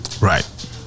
Right